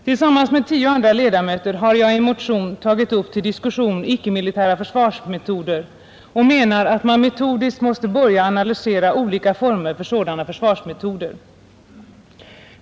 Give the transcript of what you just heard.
Tillsammans med tio andra ledamöter har jag i en motion tagit upp till diskussion icke-militära försvarsmetoder och menar att man metodiskt måste börja analysera olika former för sådana försvarsmetoder.